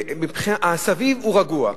הסביב הוא רגוע.